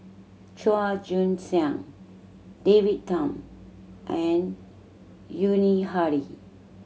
Chua Joon Siang David Tham and Yuni Hadi